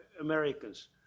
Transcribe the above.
Americans